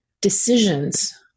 decisions